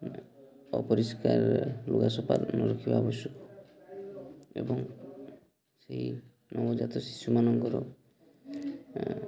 ଅପରିଷ୍କାର ଲୁଗା ସଫା ରଖିବା ଆବଶ୍ୟକ ଏବଂ ସେଇ ନବଜାତ ଶିଶୁମାନଙ୍କର